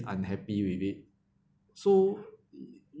unhappy with it so